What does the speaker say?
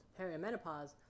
perimenopause